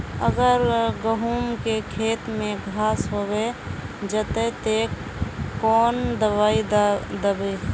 अगर गहुम के खेत में घांस होबे जयते ते कौन दबाई दबे?